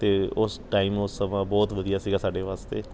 ਅਤੇ ਉਸ ਟਾਈਮ ਉਹ ਸਮਾਂ ਬਹੁਤ ਵਧੀਆ ਸੀਗਾ ਸਾਡੇ ਵਾਸਤੇ